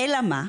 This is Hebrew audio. אלא מה,